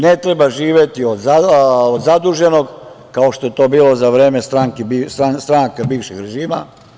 Ne treba živeti od zaduženog, kao što je to bilo za vreme stranaka bivšeg režima.